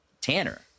Tanner